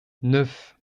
neuf